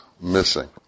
missing